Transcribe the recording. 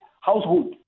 household